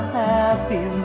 happy